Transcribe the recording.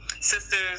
sisters